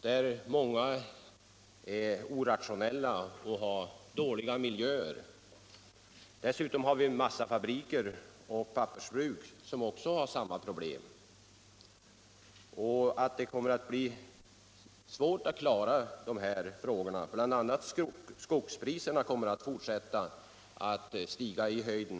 Många av dem är små, orationella och har dåliga arbetsmiljöer. Dessutom brottas massafabriker och pappersbruk med samma problem. En sak som gör det svårt att klara en omställning är att skogspriserna fortsätter att stiga i höjden.